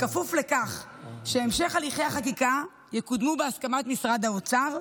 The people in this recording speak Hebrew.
בכפוף לכך שהמשך הליכי החקיקה יקודמו בהסכמת משרד האוצר.